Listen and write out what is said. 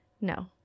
No